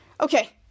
okay